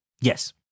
Yes